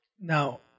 Now